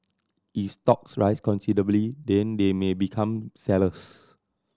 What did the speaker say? if stocks rise considerably then they may become sellers